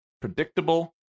predictable